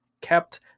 kept